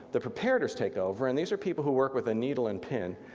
the preparators take over and these are people who work with a needle and pin,